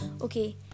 okay